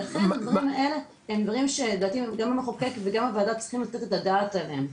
אלה דברים שלדעתי גם המחוקק וגם הוועדה צריכים לתת את הדעת עליהם.